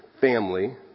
family